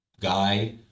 Guy